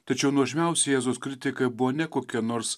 tačiau nuožmiausi jėzaus kritikai buvo ne kokie nors